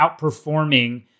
outperforming